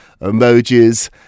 emojis